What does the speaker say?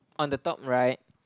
on the top right